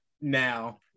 now